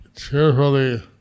Cheerfully